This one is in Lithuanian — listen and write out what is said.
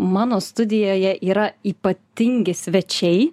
mano studijoje yra ypatingi svečiai